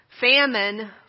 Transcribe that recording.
famine